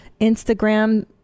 Instagram